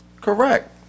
Correct